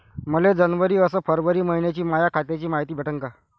मले जनवरी अस फरवरी मइन्याची माया खात्याची मायती भेटन का?